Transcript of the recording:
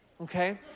okay